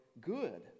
good